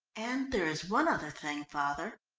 and there is one other thing, father.